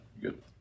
Good